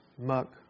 muck